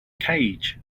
cage